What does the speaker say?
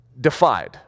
defied